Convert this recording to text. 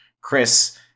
Chris